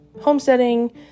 homesteading